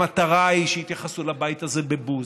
המטרה היא שיתייחסו לבית הזה בבוז,